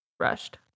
rushed